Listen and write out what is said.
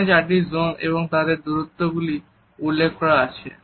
এখানে চারটি জোন এবং তাদের দূরত্ব গুলি উল্লেখ করা আছে